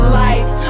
life